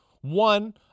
One